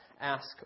ask